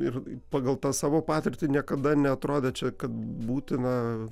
ir pagal tą savo patirtį niekada neatrodė čia kad būtina